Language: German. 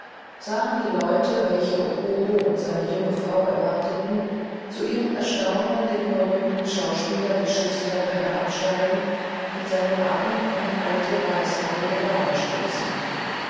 sahen die leute welche okuro und seine junge frau erwarteten zu ihrem erstaunen den berühmten schauspieler die schiffstreppe herabsteigen mit seinem arm eine alte weißhaarige dame stützend